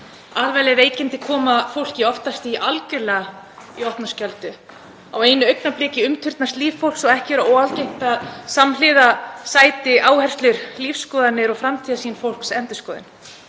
Alvarleg veikindi koma fólki oftast algerlega í opna skjöldu. Á einu augnabliki umturnast líf fólks og ekki er óalgengt að samhliða sæti áherslur, lífsskoðanir og framtíðarsýn fólks endurskoðun.